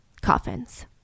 coffins